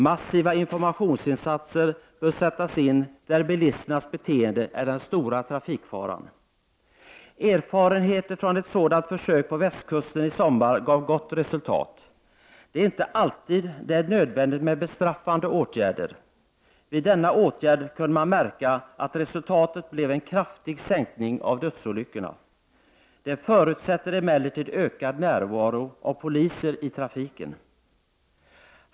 Massiva informationsinsatser bör sättas in där bilisternas beteenden är den stora trafikfaran. Erfarenheter från ett sådant försök på västkusten i sommar gav ett gott resultat. Det är inte alltid som det är nödvändigt med bestraffande åtgärder. Efter denna åtgärd kunde man märka att resultatet blev en kraftig sänkning av antalet dödsolyckor. Detta förutsätter emellertid en ökad närvaro av poliser i trafiken.